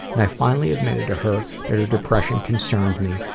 and i finally admitted to her, that her depression concerned me,